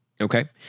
okay